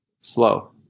slow